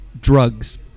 Drugs